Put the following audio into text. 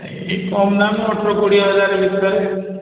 ଏଇ କମ୍ ଦାମ୍ ଅଠର କୋଡ଼ିଏ ହଜାର ଭିତରେ